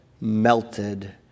Melted